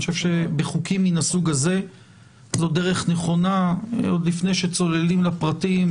בחוקים מהסוג הזה זו דרך נכונה עוד לפני שצוללים לפרטים